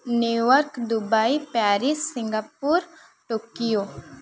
New York Dubai Paris Singapore Tokyo